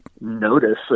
notice